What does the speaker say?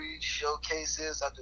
showcases